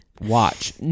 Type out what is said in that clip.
Watch